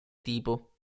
tipo